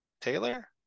Taylor